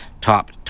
top